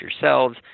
yourselves